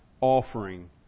offering